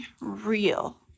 real